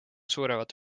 suuremat